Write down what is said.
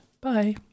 Bye